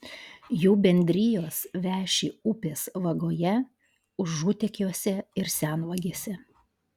jų bendrijos veši upės vagoje užutekiuose ir senvagėse